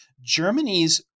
Germany's